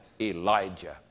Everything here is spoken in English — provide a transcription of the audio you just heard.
Elijah